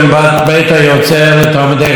דיינים ולומדי תורה לשמה.